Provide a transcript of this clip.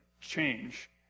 change